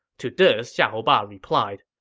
to this, xiahou ba replied,